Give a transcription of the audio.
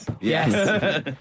yes